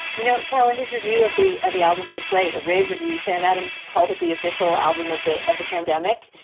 you know, karl and his review of the of the album for slate, a rave reviews, sam adams called it the official album of of the pandemic.